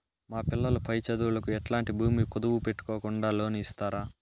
మా పిల్లలు పై చదువులకు ఎట్లాంటి భూమి కుదువు పెట్టుకోకుండా లోను ఇస్తారా